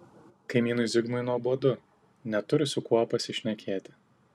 kaimynui zigmui nuobodu neturi su kuo pasišnekėti